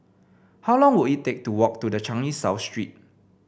how long will it take to walk to the Changi South Street